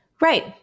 Right